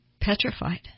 petrified